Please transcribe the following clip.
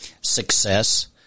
Success